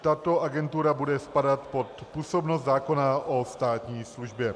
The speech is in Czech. Tato agentura bude spadat pod působnost zákona o státní službě.